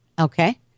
Okay